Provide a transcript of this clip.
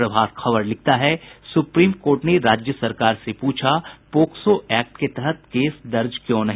प्रभात खबर लिखता है supreme court ने राज्य सरकार से पूछा पोक्सो एक्ट के तहत केस दर्ज क्यों नहीं